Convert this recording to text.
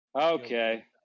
Okay